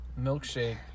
milkshake